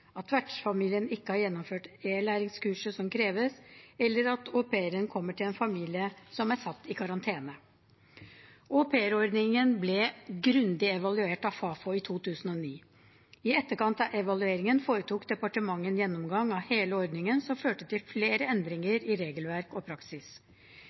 at vertsfamilien ikke har gjennomført e-læringskurset som kreves, eller at au pairen kommer til en familie som er satt i karantene. Aupairordningen ble grundig evaluert av Fafo i 2009. I etterkant av evalueringen foretok departementet en gjennomgang av hele ordningen som førte til flere